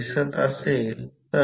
15 angle 23